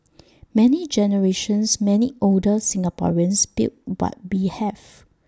many generations many older Singaporeans built what we have